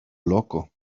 loco